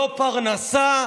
לא פרנסה,